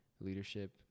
leadership